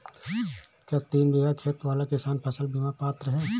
क्या तीन बीघा खेत वाला किसान फसल बीमा का पात्र हैं?